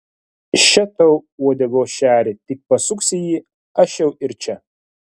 še tau uodegos šerį tik pasuksi jį aš jau ir čia